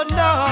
no